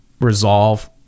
resolve